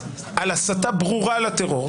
על הסתה ברורה לטרור.